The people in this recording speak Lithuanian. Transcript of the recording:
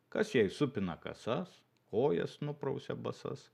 kas jai supina kasas kojas nuprausia basas